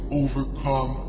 overcome